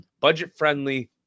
budget-friendly